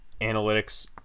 analytics